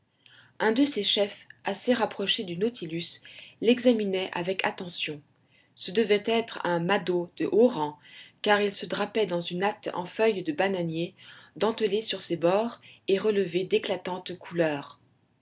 un de ces chefs assez rapproché du nautilus l'examinait avec attention ce devait être un mado de haut rang car il se drapait dans une natte en feuilles de bananiers dentelée sur ses bords et relevée d'éclatantes couleurs